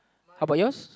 how about yours